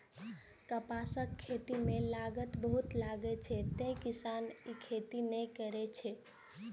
कपासक खेती मे लागत बहुत लागै छै, तें किसान एकर खेती नै करय चाहै छै